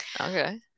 Okay